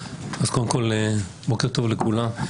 בוקר טוב לכולם.